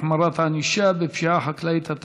החמרת ענישה בפשיעה חקלאית),